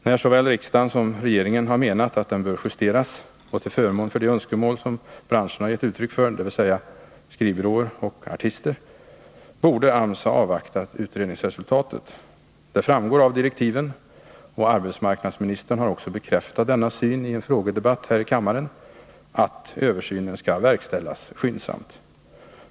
När såväl riksdagen som regeringen har menat att den bör justeras till förmån för de önskemål som branscherna, dvs. skrivbyråer och artister, har gett uttryck för, borde AMS ha avvaktat utredningsresultatet. Det framgår av direktiven — och arbetsmarknadsministern har bekräftat denna syn i en frågedebatt här i kammaren — att översynen skall verkställas skyndsamt.